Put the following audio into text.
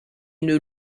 une